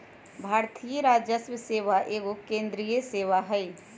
भारतीय राजस्व सेवा एगो केंद्रीय सेवा हइ